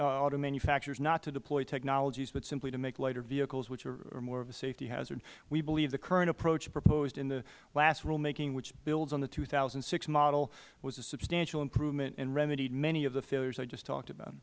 auto manufacturers not to deploy technologies but simply to make lighter vehicles which are more of a safety hazard we believe the current approach proposed in the last rulemaking which builds on the two thousand and six model was a substantial improvement and remedied many of the failures i just talked about